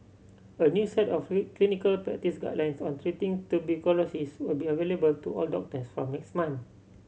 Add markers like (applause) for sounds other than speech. a new set of (unintelligible) clinical practice guidelines on treating tuberculosis will be available to all doctors from next month